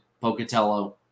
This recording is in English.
pocatello